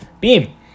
Beam